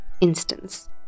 instance